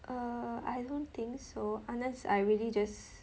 err I don't think so unless I really just